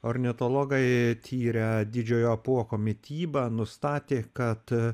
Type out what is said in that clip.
ornitologai tyrę didžiojo apuoko mitybą nustatė kad